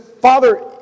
Father